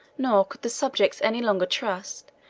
nor could the subjects any longer trust,